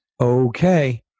okay